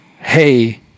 hey